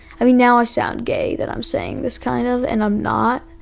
i mean now i sound gay that i'm saying this kind of, and i'm not,